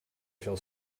shall